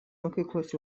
mokyklos